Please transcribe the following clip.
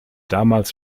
damals